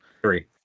Three